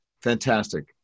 fantastic